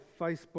Facebook